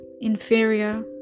inferior